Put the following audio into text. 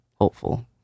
hopeful